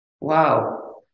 Wow